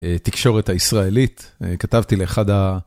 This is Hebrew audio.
תקשורת הישראלית, כתבתי לאחד ה...